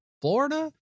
Florida